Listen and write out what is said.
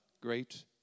great